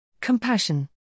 compassion